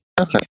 Okay